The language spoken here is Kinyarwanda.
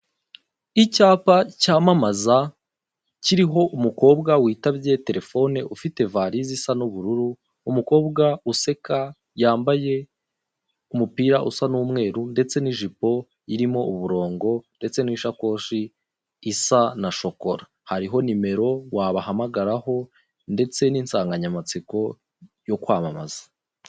Icyapa cyamamaza kiriho umukobwa witabye telefone ufite valize isa n'ubururu, umukobwa useka yambaye umupira usa n'umweru ndetse n'ijipo irimo uburongo, ndetse n'ishakoshi isa na shokora hariho nimero wabahamagaraho, ndetse n'insanganyamatsiko yo kwamamaza.